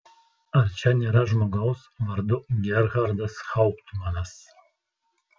ar čia nėra žmogaus vardu gerhardas hauptmanas